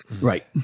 Right